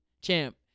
Champ